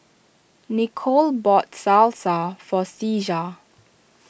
Nichol bought Salsa for Ceasar